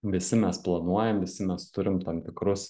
visi mes planuojam visi mes turim tam tikrus